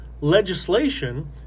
legislation